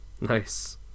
nice